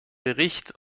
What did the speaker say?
bericht